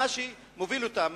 מה שמוביל אותה,